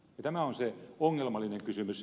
tämä on se ongelmallinen kysymys